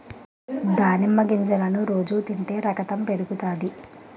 దానిమ్మ గింజలను రోజు తింటే రకతం పెరుగుతాది